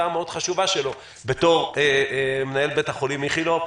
המאוד-חשובה שלו בתור מנהל בית החולים איכילוב.